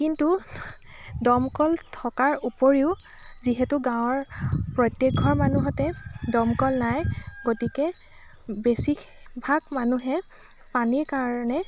কিন্তু দমকল থকাৰ উপৰিও যিহেতু গাঁৱৰ প্ৰত্যেকঘৰ মানুহতে দমকল নাই গতিকে বেছিভাগ মানুহে পানী কাৰণে